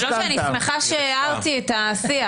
אני שמחה שהערתי את השיח.